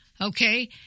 okay